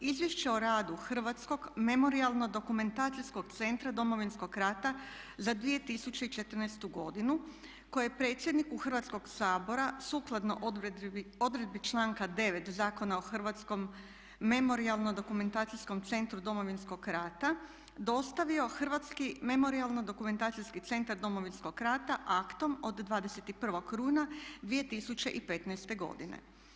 Izvješće o radu Hrvatsko memorijalno-dokumentacijskog centra Domovinskog rata za 2014. godinu koje je predsjedniku Hrvatskoga sabora sukladno odredbi članka 9. Zakona o Hrvatskom memorijalno-dokumentacijskom centru Domovinskog rata dostavio Hrvatski memorijalno-dokumentacijski centar Domovinskog rata aktom od 21. rujna 2015. godine.